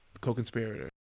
co-conspirator